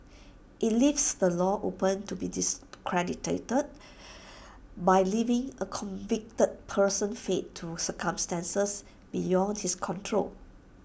IT leaves the law open to be discredited by leaving A convicted person's fate to circumstances beyond his control